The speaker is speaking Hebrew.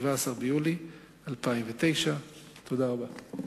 17 ביולי 2009. תודה רבה.